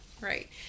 Right